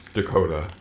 Dakota